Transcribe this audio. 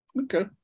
okay